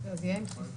זה יהיה עם דחיפות.